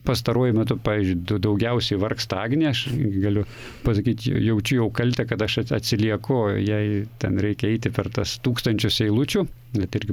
pastaruoju metu pavyzdžiui du daugiausiai vargsta agnė aš galiu pasakyt j jaučiu jau kaltę kad aš ats atsilieku jai ten reikia eiti per tas tūkstančius eilučių bet irgi